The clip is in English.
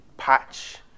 Patch